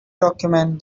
document